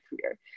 career